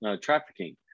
trafficking